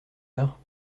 heure